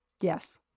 Yes